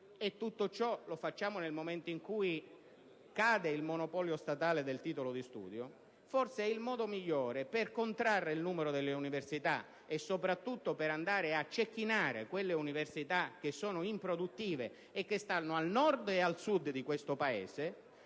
tutto ciò nel momento in cui cade il monopolio statale del titolo di studio. Forse questo è il modo migliore per contrarre il numero delle università e soprattutto per andare a «cecchinare» quelle università che sono improduttive - che stanno al Nord e al Sud del Paese